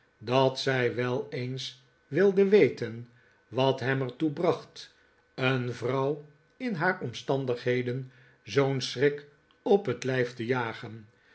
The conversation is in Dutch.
dat zij wel eens wilde weten wat hem er toe bracht een vrouw in haar omstandigheden zoo'n schrik op het lijf te jagen